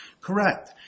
correct